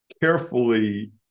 carefully